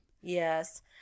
yes